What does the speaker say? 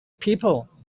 people